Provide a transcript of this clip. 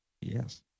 Yes